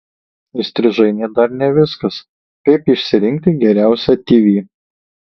įstrižainė dar ne viskas kaip išsirinkti geriausią tv